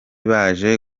baje